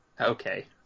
Okay